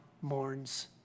mourns